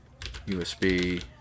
USB